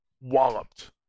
Walloped